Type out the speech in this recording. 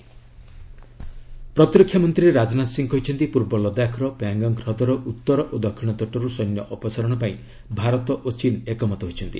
Indo ଚୀନ ପ୍ରତିରକ୍ଷାମନ୍ତ୍ରୀ ରାଜନାଥ ସିଂ କହିଛନ୍ତି ପୂର୍ବ ଲଦାଖର ପ୍ୟାଙ୍ଗଙ୍ଗ୍ ହ୍ରଦର ଉତ୍ତର ଓ ଦକ୍ଷିଣ ତଟରୁ ସୈନ୍ୟ ଅପସାରଣ ପାଇଁ ଭାରତ ଓ ଚୀନ ଏକମତ ହୋଇଛନ୍ତି